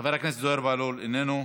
חבר הכנסת זוהיר בהלול, איננו,